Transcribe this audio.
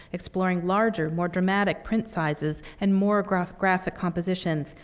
exploring larger, more dramatic print sizes and more graphic graphic compositions,